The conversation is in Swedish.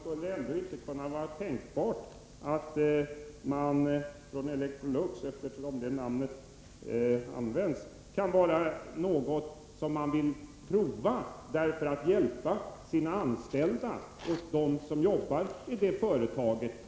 Herr talman! Skulle det ändå inte vara tänkbart att Electrolux — eftersom det företaget nämns i debatten — kan vilja prova detta för att hjälpa dem som jobbar i företaget?